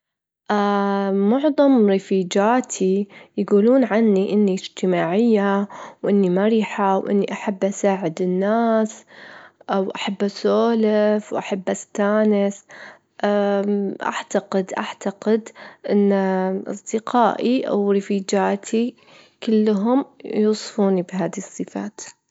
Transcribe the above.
في يوم من الأيام لجى واحد شجرة في غابة تجدر تتكلم مع الناس، كانت الشجرة تحكي قصص جديمة، وتجدم نصايح للحياة للناس وتسولف معهم، الناس كانوا يجون يسمعون منها ويتعلمون منها وايد أشياء.